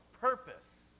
purpose